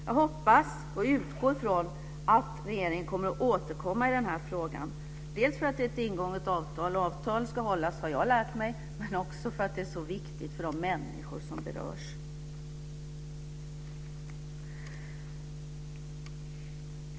Jag hoppas och utgår från att regeringen kommer att återkomma i denna fråga, dels för att det är ett ingånget avtal och jag har lärt mig att avtal ska hållas, dels för att det är så viktigt för de människor som berörs.